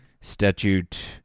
Statute